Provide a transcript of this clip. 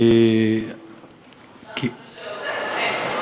עכשיו אחרי שהוצאתם, אין.